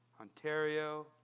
Ontario